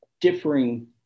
differing